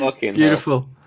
Beautiful